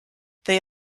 they